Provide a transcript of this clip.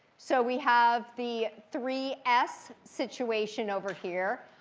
so we have the three s situation over here.